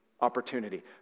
opportunity